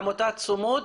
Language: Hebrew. עמותת צומוד.